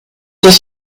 ist